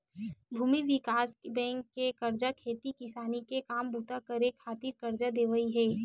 भूमि बिकास बेंक के कारज खेती किसानी के काम बूता करे खातिर करजा देवई हे